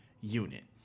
unit